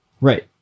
Right